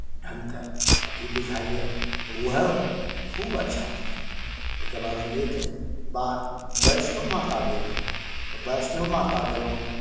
ढङ्गके अथी बुझाइए तऽ उएह खूब अच्छा बुझाइए ओहिके बादमे एक बार वैष्णो माता गयलहुँ तऽ वैष्णो माता गयलहुँ